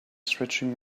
stretching